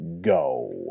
go